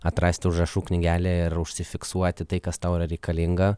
atrasti užrašų knygelę ir užsifiksuoti tai kas tau yra reikalinga